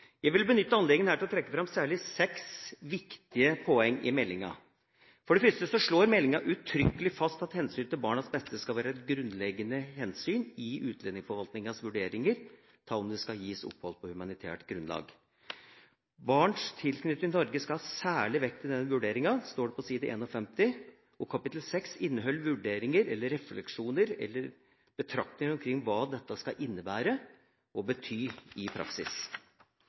Jeg vil benytte anledninga til å trekke fram særlig seks viktige poeng i meldinga. For det første slår meldinga uttrykkelig fast at hensynet til barnas beste skal være et grunnleggende hensyn i utlendingsforvaltningas vurderinger av om det skal gis opphold på humanitært grunnlag. Barns tilknytning til Norge skal særlig vektlegges i den vurderinga, står det på side 51, og kapittel 6 inneholder vurderinger, refleksjoner eller betraktninger omkring hva dette skal innebære og bety i praksis.